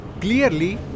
Clearly